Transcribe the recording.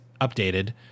updated